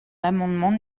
l’amendement